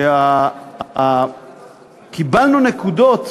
שקיבלנו נקודות